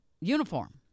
uniform